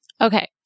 Okay